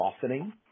softening